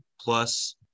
plus